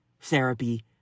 therapy